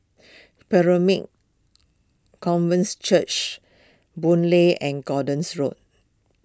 Covenance Church Boon Lay and Gordons Road